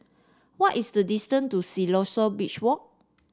what is the distance to Siloso Beach Walk